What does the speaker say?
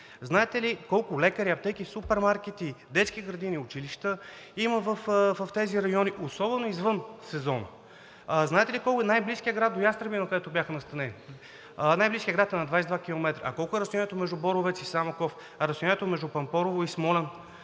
Знаете ли колко лекари, аптеки, супермаркети, детски градини, училища има в тези райони, особено извън сезона? Знаете ли е кой най-близкият град до Ястребино, където бяха настанени? Най-близкият град е на 22 км. А колко е разстоянието между Боровец и Самоков, а разстоянието между Пампорово и Смолян?